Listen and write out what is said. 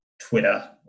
twitter